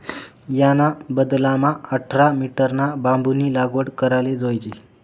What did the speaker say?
याना बदलामा आठरा मीटरना बांबूनी लागवड कराले जोयजे